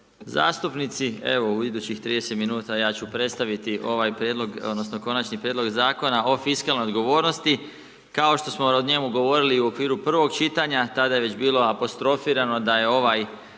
zastupnici, evo u idućih 30 min ja ću predstaviti ovaj prijedlog, odnosno Konačni prijedlog Zakona o fiskalnoj odgovornosti. Kao što smo o njemu govorili i u okviru prvog čitanja, tada je već bilo apostrofirano, da je ovaj